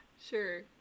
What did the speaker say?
Sure